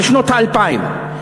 בשנות ה-2000.